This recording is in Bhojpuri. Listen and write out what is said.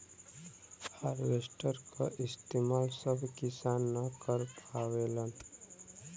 हारवेस्टर क इस्तेमाल सब किसान न कर पावेलन